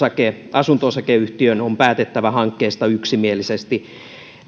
asunto osakeyhtiön on päätettävä hankkeesta yksimielisesti